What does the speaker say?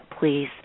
please